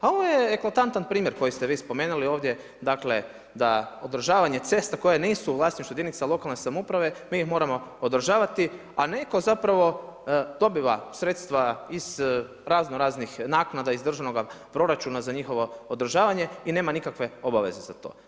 A ovo je eklatantan primjer koji ste vi spomenuli ovdje dakle, da održavanje cesta koje nisu u vlasništvu jedinica lokalne samouprave mi ih moramo održavati, a netko zapravo dobiva sredstva iz razno raznih naknada iz državnoga proračuna za njihovo održavanje i nema nikakve obaveze za to.